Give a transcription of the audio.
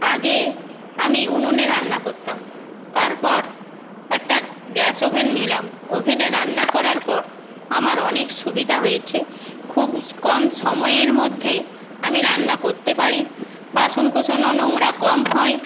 আগে আমি উনুনে রান্না করতাম তারপর একটা গ্যাস ওভেন নিলাম ওভেনে রান্না করার পর আমার অনেক সুবিধা হয়েছে খুব কম সময়ের মধ্যে আমি রান্না করতে পারি বাসনকোসনও নোংরা কম হয়